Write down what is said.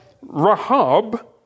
Rahab